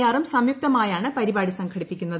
ആറും സംയുക്തമായാണ് പരിപാടി സംഘടിപ്പിക്കുന്നത്